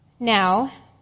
Now